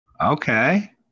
Okay